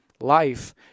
life